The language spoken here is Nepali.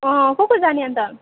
अँ को को जाने अन्त